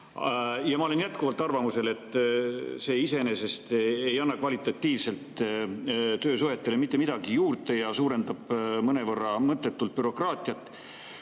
Ma olen jätkuvalt arvamusel, et see iseenesest ei anna kvalitatiivselt töösuhetele mitte midagi juurde ja suurendab mõnevõrra mõttetut bürokraatiat. Aga